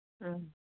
ꯎꯝ